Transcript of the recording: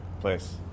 place